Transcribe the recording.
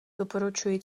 doporučuji